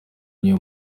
niyo